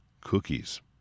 Cookies